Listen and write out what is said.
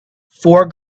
four